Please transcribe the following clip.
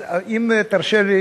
אז אם תרשה לי,